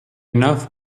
enough